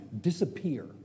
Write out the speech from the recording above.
disappear